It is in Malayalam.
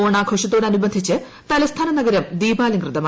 ഓണാഘോഷത്തോടനുബന്ധിച്ച് തലസ്ഥാന നഗരം ദീപാലംകൃതമായി